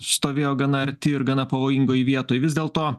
stovėjo gana arti ir gana pavojingoj vietoj vis dėlto